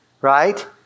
right